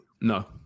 no